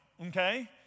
Okay